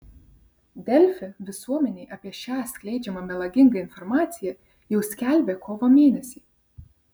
delfi visuomenei apie šią skleidžiamą melagingą informaciją jau skelbė kovo mėnesį